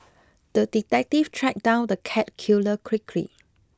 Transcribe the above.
the detective tracked down the cat killer quickly